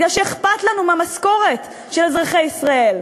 כי אכפת לנו מהמשכורת של אזרחי ישראל.